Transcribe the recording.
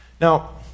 Now